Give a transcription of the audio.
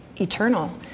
eternal